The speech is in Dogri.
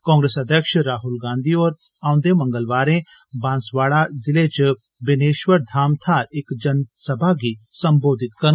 कांग्रेस अध्यक्ष राहल गांधी होर औंदे मंगलवारें बांसवाड़ा जिले च बेनेशवर धाम थाहर इक जनसभा गी संबोधित करडन